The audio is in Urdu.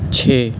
چھ